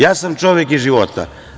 Ja sam čovek iz života.